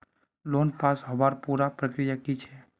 Loan पास होबार पुरा प्रक्रिया की छे?